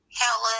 Helen